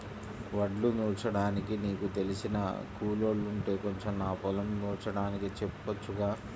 వడ్లు నూర్చడానికి నీకు తెలిసిన కూలోల్లుంటే కొంచెం నా పొలం నూర్చడానికి చెప్పొచ్చుగా